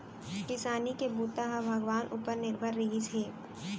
किसानी के बूता ह भगवान उपर निरभर रिहिस हे